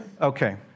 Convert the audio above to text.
Okay